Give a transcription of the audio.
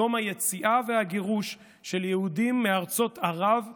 יום היציאה והגירוש של יהודים מארצות ערב ואיראן,